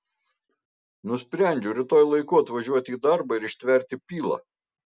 nusprendžiu rytoj laiku atvažiuoti į darbą ir ištverti pylą